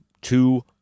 two